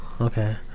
okay